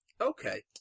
Okay